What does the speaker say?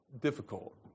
difficult